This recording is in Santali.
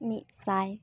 ᱢᱤᱫ ᱥᱟᱭ